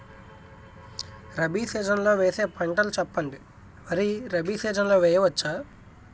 Rabi season లో వేసే పంటలు చెప్పండి? వరి రబీ సీజన్ లో వేయ వచ్చా?